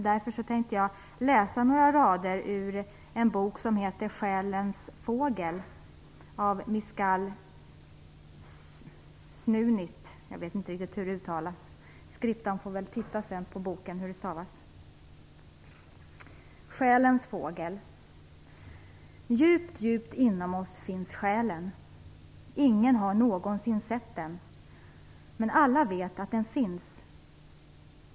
Därför tänkte jag läsa några rader ur en bok som heter Själens Fågel av Djupt djupt inom oss finns själen Ingen har någonsin sett den. Men alla vet att den finns.